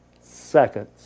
seconds